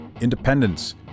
independence